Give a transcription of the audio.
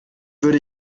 würde